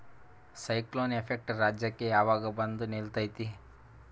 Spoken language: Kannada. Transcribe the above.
ಸೈಕ್ಲೋನ್ ಎಫೆಕ್ಟ್ ರಾಜ್ಯಕ್ಕೆ ಯಾವಾಗ ಬಂದ ನಿಲ್ಲತೈತಿ?